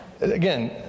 Again